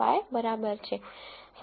5 બરાબર છે